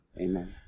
Amen